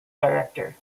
director